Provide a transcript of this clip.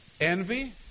Envy